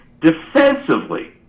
defensively